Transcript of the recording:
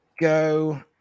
go